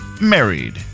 Married